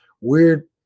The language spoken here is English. weird